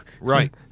right